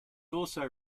also